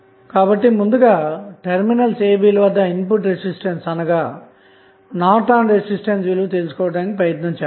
కాబట్టి ముందుగా terminals a b ల వద్ద ఇన్పుట్ రెసిస్టెన్స్ అనగా నార్టన్ రెసిస్టెన్స్ విలువ తెలుసుకోవడానికి ప్రయత్నిద్దాం